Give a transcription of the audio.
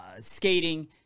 skating